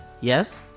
Yes